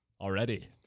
already